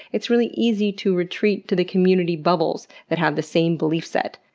it's really easy to retreat to the community bubbles that have the same belief set.